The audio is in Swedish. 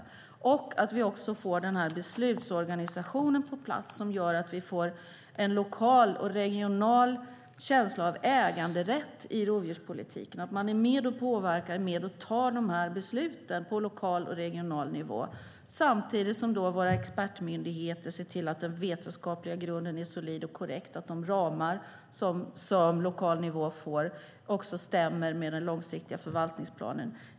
Jag hoppas också att vi får på plats den här beslutsorganisationen och att den gör att vi får en lokal och regional känsla av äganderätt i rovdjurspolitiken, av att man är med och påverkar när de här besluten tas på lokal och regional nivå, samtidigt som våra expertmyndigheter ser till att den vetenskapliga grunden är solid och korrekt och att de ramar som den lokala nivån får stämmer med den långsiktiga förvaltningsplanen.